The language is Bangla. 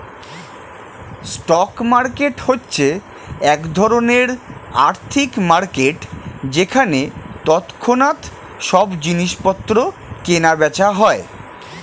স্টক মার্কেট হচ্ছে এক ধরণের আর্থিক মার্কেট যেখানে তৎক্ষণাৎ সব জিনিসপত্র কেনা বেচা হয়